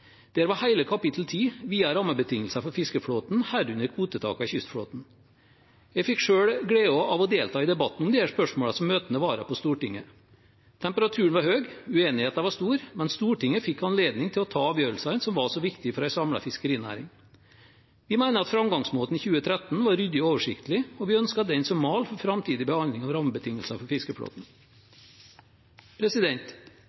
Der var hele kapittel 10 viet rammebetingelser for fiskeflåten, herunder kvotetakene i kystflåten. Jeg fikk selv gleden av å delta i debatten om disse spørsmålene som møtende vara på Stortinget. Temperaturen var høy, uenigheten var stor, men Stortinget fikk anledning til å ta avgjørelsene som var så viktige for en samlet fiskerinæring. Vi mener at framgangsmåten i 2013 var ryddig og oversiktlig, og vi ønsker den som mal for framtidig behandling av rammebetingelser for